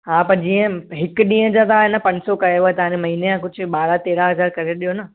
हा पर जीअं हिकु ॾींहं जा आहिनि पंज सौ कयव त हाणे महिने या कुझु ॿारहं तेरहं हज़ार करे ॾियो न